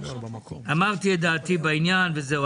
אמרתי את דעתי בעניין וזהו.